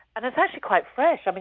and it's actually quite fresh. but